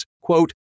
quote